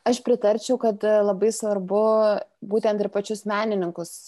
aš pritarčiau kad labai svarbu būtent ir pačius menininkus